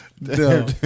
No